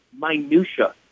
minutia